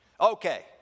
Okay